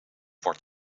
wordt